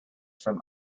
from